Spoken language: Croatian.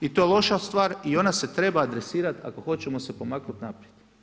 I to je loša stvar i ona se treba adresirati ako hoćemo se pomaknuti naprijed.